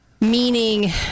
meaning